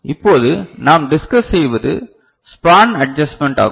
இப்போது நாம் டிஸ்கஸ் செய்வது ஸ்பான் அட்ஜஸ்ட்மெண்ட் ஆகும்